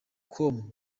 com